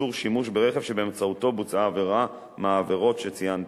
איסור שימוש ברכב שבאמצעותו בוצעה עבירה מהעבירות שציינתי.